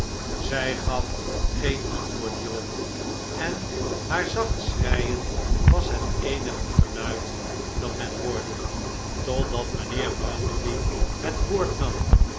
zij gaf geen antwoord hierop en haar zacht schreien was het eenige geluid dat men hoorde totdat mijnheer bounderby het woord nam